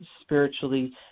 spiritually